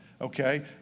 Okay